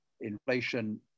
inflation